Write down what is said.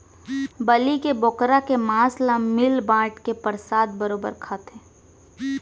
बलि के बोकरा के मांस ल मिल बांट के परसाद बरोबर खाथें